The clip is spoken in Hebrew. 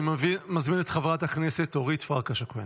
אני מזמין את חברת הכנסת אורית פרקש הכהן,